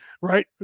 right